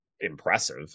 impressive